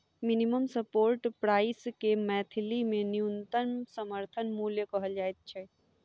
minimum support price के मैथिली मे न्यूनतम समर्थन मूल्य कहल जाइत छै